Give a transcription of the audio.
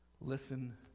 listen